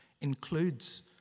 includes